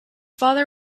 father